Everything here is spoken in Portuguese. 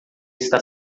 está